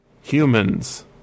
humans